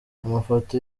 amafoto